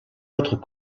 autres